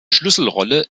schlüsselrolle